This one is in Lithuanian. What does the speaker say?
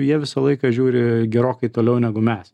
jie visą laiką žiūri gerokai toliau negu mes